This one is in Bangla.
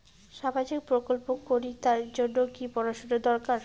সামাজিক প্রকল্প করির জন্যে কি পড়াশুনা দরকার?